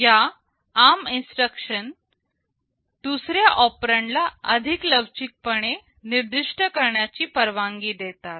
या ARM instruction दुसऱ्या operand ला अधिक लवचिक पणे निर्दिष्ट करण्याची परवानगी देतात